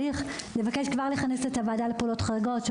נבקש כבר לכנס את הוועדה לפעולות חריגות.